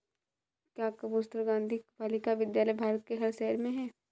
क्या कस्तूरबा गांधी बालिका विद्यालय भारत के हर शहर में है?